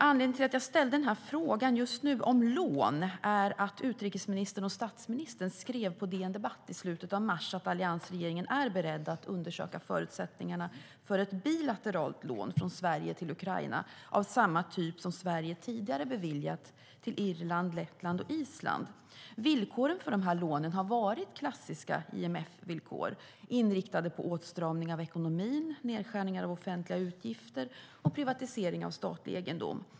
Anledningen till att jag ställde frågan om lån just nu är att utrikesministern och statsministern skrev på DN Debatt i slutet av mars att alliansregeringen är beredd att undersöka förutsättningarna för ett bilateralt lån från Sverige till Ukraina av samma typ som Sverige tidigare har beviljat Irland, Lettland och Island. Villkoren för lånen har varit klassiska IMF-villkor inriktade på åtstramning av ekonomin, nedskärningar av offentliga utgifter och privatisering av statlig egendom.